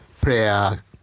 prayer